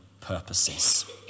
purposes